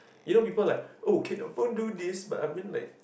you know people like oh can iPhone do this but I mean like